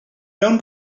mewn